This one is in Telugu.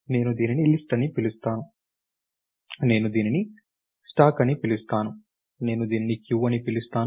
నేను దీనిని లిస్ట్ అని పిలుస్తాను నేను దీనిని స్టాక్ అని పిలుస్తాను నేను దీనిని క్యూ అని పిలుస్తాను